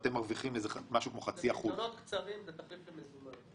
ואתם מרוויח משהו כמו 0.5%. פיקדונות קצרים הם תחליף למזומן.